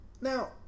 Now